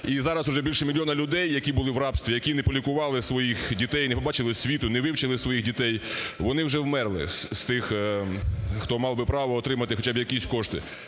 І зараз вже більше мільйона людей, які були в рабстві, які не полікували своїх дітей, не побачили світу, не вивчили своїх дітей, вони вже вмерли, з тих, хто мав би право отримати хоча б якісь кошти.